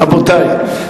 רבותי.